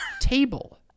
table